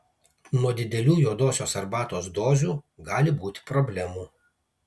nuo didelių juodosios arbatos dozių gali būti problemų